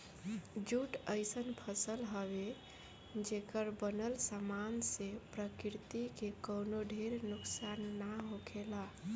jute अइसन फसल हवे, जेकर बनल सामान से प्रकृति के कवनो ढेर नुकसान ना होखेला